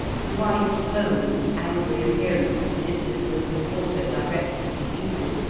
the white foam and angry appearance of the distant open water direct to the eastward,